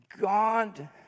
God